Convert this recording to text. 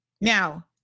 Now